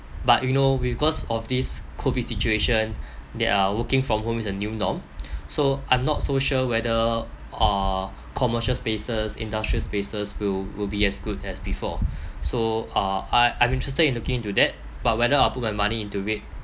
but you know because of this COVID situation that uh working from home is a new norm so I'm not so sure whether uh commercial spaces industrial spaces will will be as good as before so uh I I'm interested in looking into that but whether I'll put my money into it